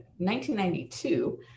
1992